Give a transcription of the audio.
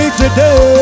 today